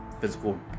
physical